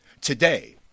Today